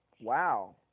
Wow